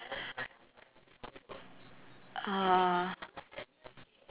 uh